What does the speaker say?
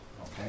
okay